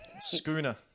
Schooner